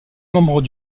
membre